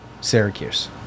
Syracuse